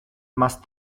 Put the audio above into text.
más